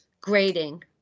grading